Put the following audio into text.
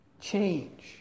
change